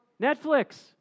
Netflix